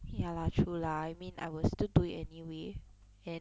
ya lah true lah I mean I will still do it anyway and